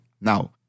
Now